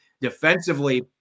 defensively